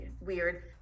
weird